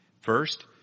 First